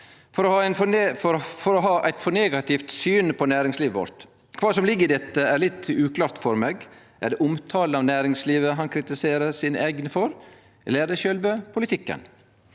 for å ha eit for negativt syn på næringslivet vårt. Kva som ligg i dette, er litt uklart for meg. Er det omtalen av næringslivet han kritiserer sine eigne for, eller er det sjølve politikken?